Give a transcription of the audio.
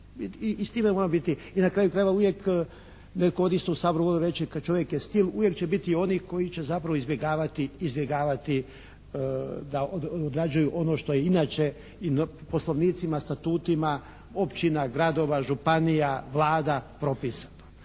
i na kraju krajeva uvijek netko odista u Saboru bi mogao reći kad čovjek je stil, uvijek će biti onih koji će zapravo izbjegavati da odrađuju ono što je inače i poslovnicima, statutima, općina, gradova, županija, vlada propisano.